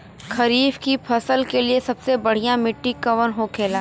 खरीफ की फसल के लिए सबसे बढ़ियां मिट्टी कवन होखेला?